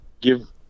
give